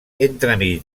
entremig